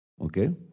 Okay